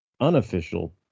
unofficial